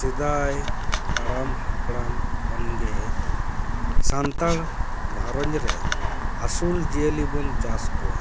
ᱥᱮᱫᱟᱭ ᱦᱟᱲᱟᱢ ᱦᱟᱯᱲᱟᱢ ᱠᱷᱚᱱ ᱜᱮ ᱥᱟᱱᱛᱟᱲ ᱜᱷᱟᱨᱚᱸᱡᱽ ᱨᱮ ᱟᱹᱥᱩᱞ ᱡᱤᱭᱟᱹᱞᱤ ᱵᱚᱱ ᱪᱟᱥ ᱠᱚᱣᱟ